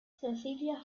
cecilia